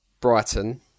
Brighton